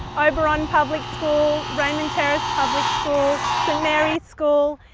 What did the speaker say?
oberon public school, raymond terrace public school, st marys school,